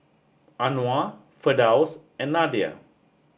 Anuar Firdaus and Nadia